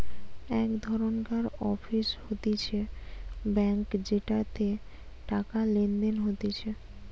এক ধরণকার অফিস হতিছে ব্যাঙ্ক যেটাতে টাকা লেনদেন হতিছে